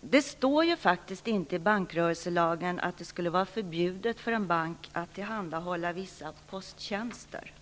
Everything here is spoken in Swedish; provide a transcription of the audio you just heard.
Det står faktiskt inte i bankrörelselagen att det skulle vara förbjudet för en bank att tillhandahålla vissa posttjänster.